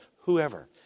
whoever